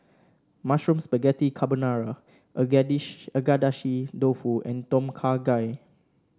Mushroom Spaghetti Carbonara Agedashi Dofu and Tom Kha Gai